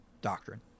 doctrine